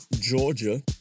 Georgia